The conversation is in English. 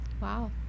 Wow